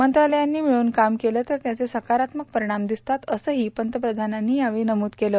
मंत्रालयांनी मिळून काम केलं तर त्याचे सकारात्मक परिणाम दिसतात असंही पंतप्रधानांनी यावेळी नमूद केलं